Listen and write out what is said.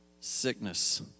sickness